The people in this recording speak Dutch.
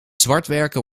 zwartwerken